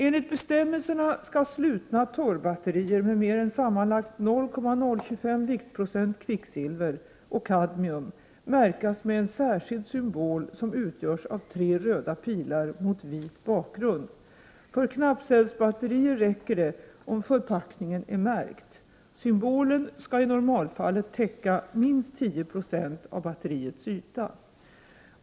Enligt bestämmelserna skall slutna torrbatterier med mer än sammanlagt 0,025 viktprocent kvicksilver och kadmium märkas med en särskild symbol som utgörs av tre röda pilar mot vit bakgrund. För knappcellsbatterier räcker det om förpackningen är märkt. Symbolen skall i normalfallet täcka minst 10 96 av batteriets yta.